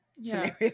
scenario